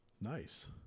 Nice